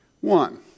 One